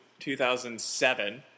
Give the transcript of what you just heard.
2007 –